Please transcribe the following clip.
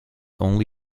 only